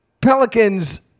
Pelicans